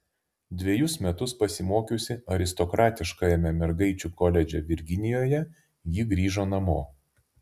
dvejus metus pasimokiusi aristokratiškajame mergaičių koledže virginijoje ji grįžo namo